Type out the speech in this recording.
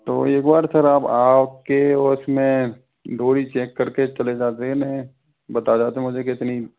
तो एक बार सर आप आके और इसमें डोरी चेक करके चले जाते हैं बताया जाता कि मुझे कितनी